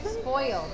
Spoiled